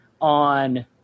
on